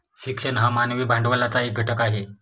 शिक्षण हा मानवी भांडवलाचा एक घटक आहे